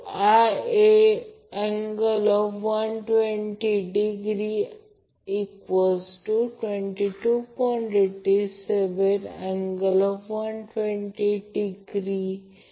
आधी ते 30° हलत होते परंतु ते 30° या Vanप्रमाणे लिहिले पूर्वीप्रमाणेच हे नंतर Vbn Vp√3 अँगल 150 आणि Vcn Vp√3 अँगल 90° असेल